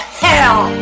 hell